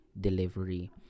delivery